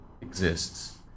exists